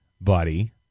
buddy